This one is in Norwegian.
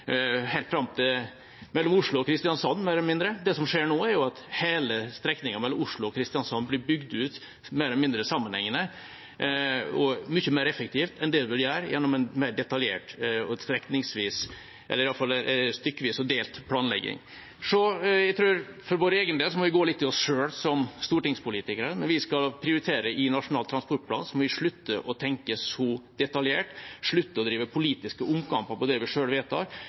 mindre. Det som skjer nå, er at hele strekningen mellom Oslo og Kristiansand blir bygd ut mer eller mindre sammenhengende og mye mer effektivt enn det man ville gjort gjennom en mer detaljert og strekningsvis – eller i hvert fall stykkevis og delt – planlegging. Jeg tror vi for vår egen del må gå litt i oss selv som stortingspolitikere. Når vi skal prioritere i Nasjonal transportplan, må vi slutte å tenke så detaljert, slutte å drive politiske omkamper på det vi selv vedtar